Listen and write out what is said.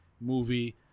movie